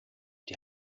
die